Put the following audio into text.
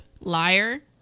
Liar